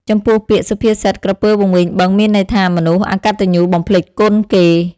ចំពោះពាក្យ សុភាសិត ក្រពើវង្វេងបឹងមានន័យថា មនុស្សអកត្តញ្ញូបំភ្លេចគុណគេ ។